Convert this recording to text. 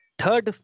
third